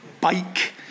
bike